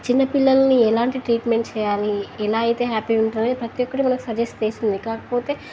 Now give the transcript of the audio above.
చిన్నపిల్లల్ని ఎలాంటి ట్రీట్మెంట్ చేయాలి ఎలా అయితే హ్యాపీ ఉంటారని ప్రతి ఒక్కటి మనకి సజెస్ట్ చేస్తుంది కాకపోతే